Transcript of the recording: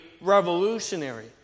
Revolutionary